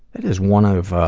that is one of ah.